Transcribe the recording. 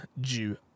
due